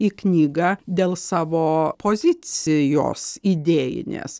į knygą dėl savo pozicijos idėjinės